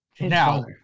Now